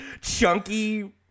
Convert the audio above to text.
chunky